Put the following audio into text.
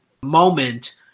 moment